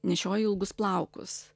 nešioju ilgus plaukus